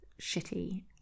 shitty